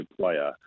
player